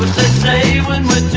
say when